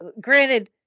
granted